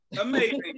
amazing